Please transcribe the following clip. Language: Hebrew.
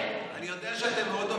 אני יודע שאתם מאוד אובייקטיביים,